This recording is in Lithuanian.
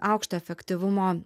aukštą efektyvumo